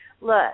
look